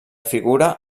figura